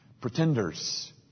Pretenders